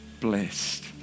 blessed